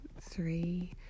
three